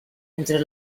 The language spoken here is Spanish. entre